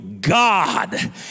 God